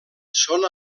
són